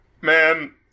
Man